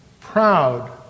Proud